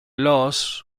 laws